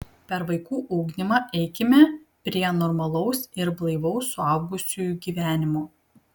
per vaikų ugdymą eikime prie normalaus ir blaivaus suaugusiųjų gyvenimo